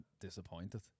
disappointed